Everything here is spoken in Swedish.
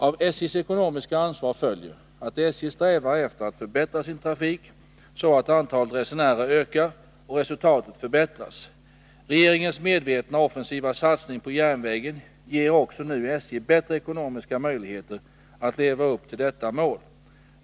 Av SJ:s ekonomiska ansvar följer att SJ strävar efter att förbättra sin trafik så att antalet resenärer ökar och resultatet förbättras. Regeringens medvetna offensiva satsning på järnvägen ger också nu SJ bättre ekonomiska möjligheter att leva upp till detta mål.